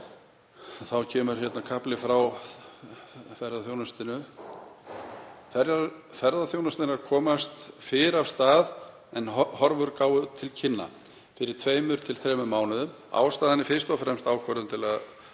þá kemur hér kafli frá ferðaþjónustunni: „Ferðaþjónusta er að komast fyrr af stað en horfur gáfu til kynna fyrir um tveimur til þremur mánuðum. Ástæðan er fyrst og fremst ákvörðun um að